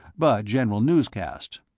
but general newscasts.